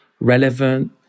relevant